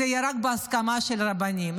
זה יהיה רק בהסכמה של רבנים.